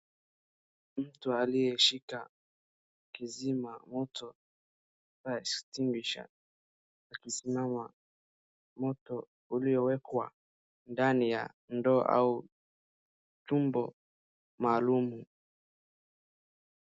Mtu aliyeshika kizima moto fire extinguisher akizima moto uliowekwa ndani ya ndoo au chumbo maalumu.